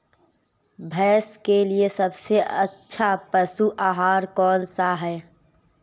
भैंस के लिए सबसे अच्छा पशु आहार कौनसा है?